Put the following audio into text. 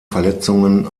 verletzungen